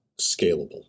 scalable